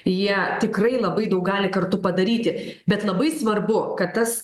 jie tikrai labai daug gali kartu padaryti bet labai svarbu kad tas